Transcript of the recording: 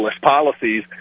policies